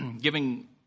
Giving